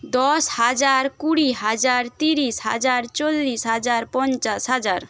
দশ হাজার কুড়ি হাজার তিরিশ হাজার চল্লিশ হাজার পঞ্চাশ হাজার